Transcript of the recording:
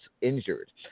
injured